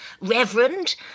Reverend